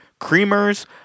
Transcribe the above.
creamers